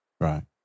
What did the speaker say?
Right